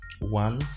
One